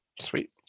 Sweet